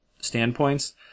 standpoints